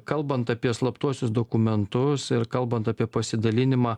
kalbant apie slaptuosius dokumentus ir kalbant apie pasidalinimą